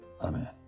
amen